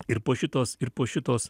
ir po šitos ir po šitos